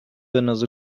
another